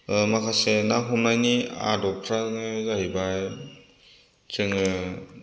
माखासे ना हमनायनि आदबफ्रानो जाहैबाय जोङो